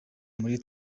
muri